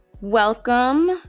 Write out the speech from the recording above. Welcome